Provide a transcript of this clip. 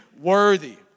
worthy